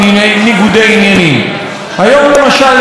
היום, למשל, העברנו את חוק הקולנוע.